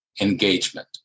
engagement